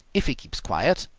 if he keeps quiet.